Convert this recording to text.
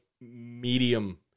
medium